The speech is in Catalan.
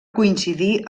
coincidir